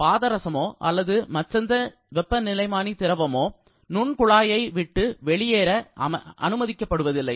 பாதரசமோ அல்லது மற்றெந்த வெப்பநிலைமானி திரவமோ நுண் குழாயை விட்டு வெளியே வர அனுமதிக்கப்படுவதில்லை